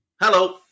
Hello